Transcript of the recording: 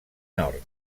nord